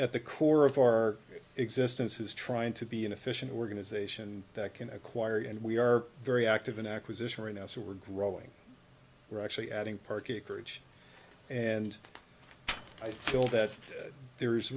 at the core of our existence is trying to be an efficient organization that can acquire and we are very active in acquisition as it were growing we're actually adding park acreage and i feel that there